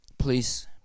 Please